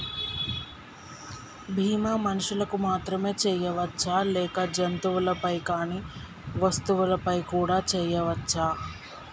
బీమా మనుషులకు మాత్రమే చెయ్యవచ్చా లేక జంతువులపై కానీ వస్తువులపై కూడా చేయ వచ్చా?